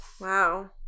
wow